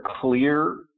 clear